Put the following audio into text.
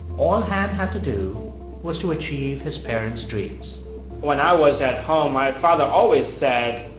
all han had to do was to achieve his parents' dreams when i was at home, my father always said,